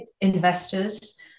investors